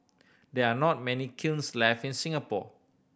there are not many kilns left in Singapore